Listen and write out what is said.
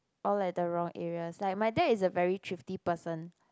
all at the wrong areas like my dad is a very thrifty person